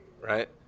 right